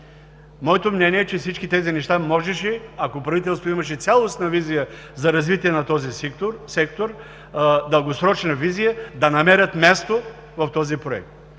Моето мнение е, че всички тези неща можеше, ако правителството имаше цялостна, дългосрочна визия за развитие на този сектор, да намерят място в този проект.